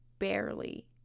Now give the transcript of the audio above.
barely